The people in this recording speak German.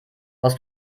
aus